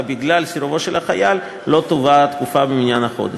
בגלל סירובו של החייל לא תבוא התקופה במניין החודש.